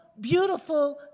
beautiful